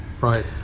Right